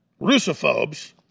russophobes